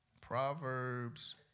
Proverbs